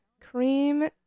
Cream